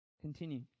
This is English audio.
Continue